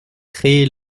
créé